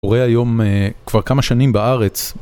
אורי היום כבר כמה שנים בארץ